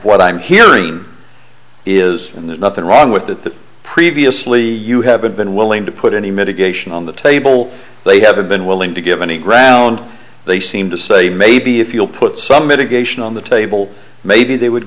what i'm hearing is and there's nothing wrong with that that previously you haven't been willing to put any mitigation on the table they haven't been willing to give any ground they seem to say maybe if you'll put some mitigation on the table maybe they would